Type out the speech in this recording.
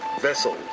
Vessel